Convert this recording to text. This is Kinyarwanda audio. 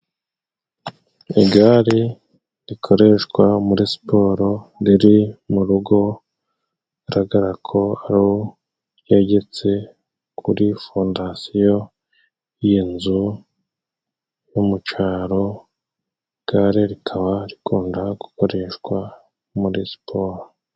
Igare rikoreshwa muri siporo riri mu rugo garagara koho ryegetse kuri fondasiyo y'inzu yo mu caro, igare rikaba rikunda gukoreshwa muri siporo.